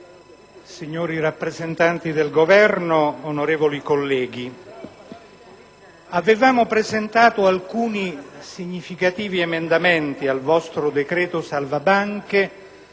signori rappresentanti del Governo, onorevoli colleghi, avevamo presentato alcuni significativi emendamenti al vostro decreto cosiddetto